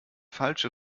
falsche